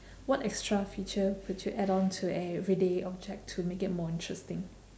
what extra feature would you add on to everyday object to make it more interesting